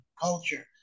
culture